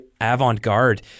avant-garde